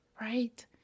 right